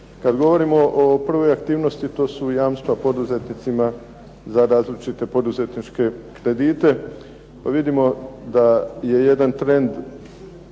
Kad govorimo o prvoj aktivnosti to su jamstva poduzetnicima za različite poduzetničke kredite pa vidimo da je jedan trend